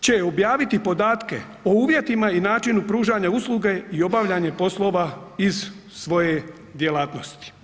će objaviti podatke o uvjetima i načinu pružanja usluge i obavljanje poslova iz svoje djelatnosti.